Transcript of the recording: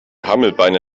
hammelbeine